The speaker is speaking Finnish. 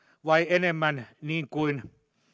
vai enemmän niin kuin